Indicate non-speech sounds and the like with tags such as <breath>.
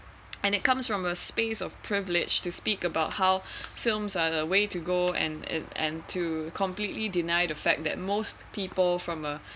and it comes from a space of privilege to speak about how <breath> films are the way to go and and and to completely deny the fact that most people from a